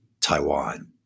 Taiwan